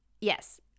Yes